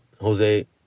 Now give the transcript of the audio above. Jose